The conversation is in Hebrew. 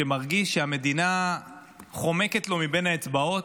שמרגיש שהמדינה חומקת לו מבית האצבעות,